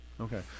Okay